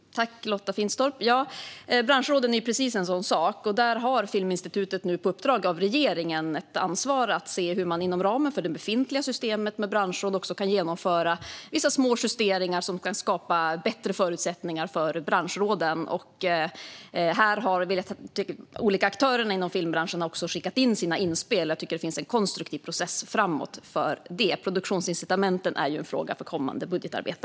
Fru talman! Tack, Lotta Finstorp! Branschråden är precis en sådan sak. Där har Filminstitutet nu på uppdrag av regeringen ett ansvar att se hur man inom ramen för det befintliga systemet med branschråd kan genomföra vissa små justeringar som kan skapa bättre förutsättningar för branschråden. De olika aktörerna inom filmbranschen har skickat med sina inspel, och jag tycker att det finns en konstruktiv process framåt. Produktionsincitamenten är en fråga för kommande budgetarbete.